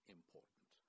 important